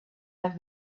have